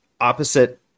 opposite